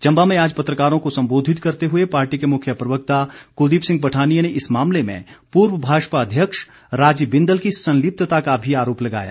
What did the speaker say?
चंबा में आज पत्रकारों को सम्बोधित करते हुए पार्टी के मुख्य प्रवक्ता कुलदीप सिंह पठानिया ने इस मामले में पूर्व भाजपा अध्यक्ष राजीव बिंदल की संलिप्तता का भी आरोप लगाया